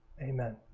Amen